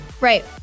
Right